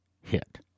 hit